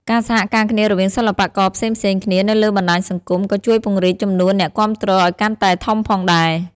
ការសហការគ្នារវាងសិល្បករផ្សេងៗគ្នានៅលើបណ្ដាញសង្គម ក៏ជួយពង្រីកចំនួនអ្នកគាំទ្រឲ្យកាន់តែធំផងដែរ។